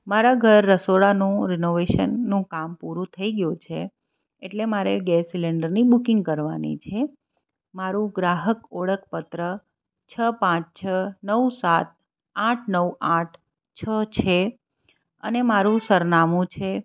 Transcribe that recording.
મારા ઘર રસોડાનું રીનોવેશનનું કામ પૂરું થઈ ગયું છે એટલે મારે ગેસ સિલેન્ડરની બુકિંગ કરવાની છે મારું ગ્રાહક ઓળખપત્ર છ પાંચ છ નવ સાત આઠ નવ આઠ છ છે અને મારું સરનામું છે